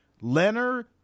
Leonard